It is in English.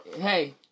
Hey